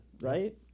right